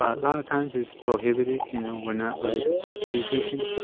a lot of times it's prohibited, you know, we're not really supposed to be fishing,